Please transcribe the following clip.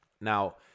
Now